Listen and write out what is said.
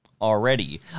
already